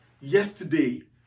yesterday